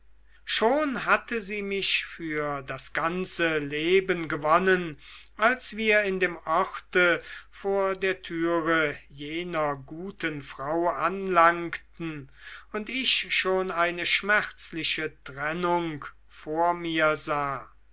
schon hatte sie mich für das ganze leben gewonnen als wir in dem orte vor der türe jener guten frau anlangten und ich schon eine schmerzliche trennung vor mir sah